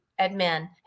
admin